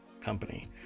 company